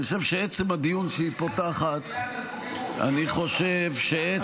אני חושב שעצם הדיון שהיא פותחת --- כמו שמיתנתם את עילת הסבירות.